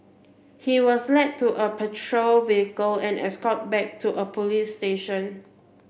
he was led to a patrol vehicle and escorted back to a police station